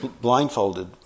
Blindfolded